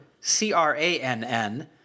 C-R-A-N-N